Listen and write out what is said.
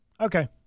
Okay